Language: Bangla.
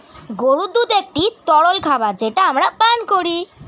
গরুর দুধ একটি তরল খাবার যেটা আমরা পান করি